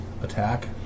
attack